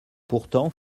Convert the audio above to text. pourtant